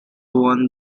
won